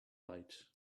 lights